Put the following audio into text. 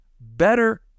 better